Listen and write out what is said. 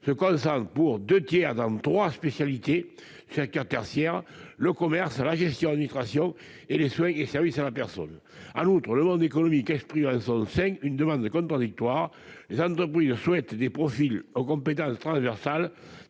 se concentrent dans trois spécialités du secteur tertiaire : le commerce, la gestion-administration et les soins et services à la personne. En outre, le monde économique exprime, en son sein, une demande contradictoire. Certaines entreprises souhaitent des profils aux compétences transversales